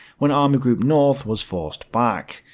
when army group north was forced back.